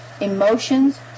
emotions